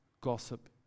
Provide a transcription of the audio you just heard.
gossip